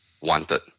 wanted